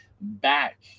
back